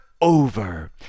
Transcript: over